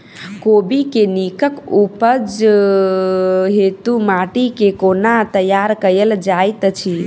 कोबी केँ नीक उपज हेतु माटि केँ कोना तैयार कएल जाइत अछि?